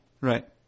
Right